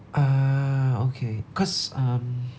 ah okay cause um